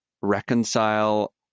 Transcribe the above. reconcile